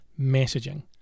messaging